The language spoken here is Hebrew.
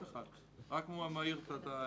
לא בא לאף אחד, רק מעיר את ההערה.